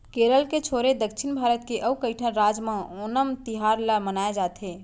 केरल के छोरे दक्छिन भारत के अउ कइठन राज म ओनम तिहार ल मनाए जाथे